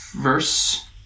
verse